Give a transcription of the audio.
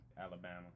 Alabama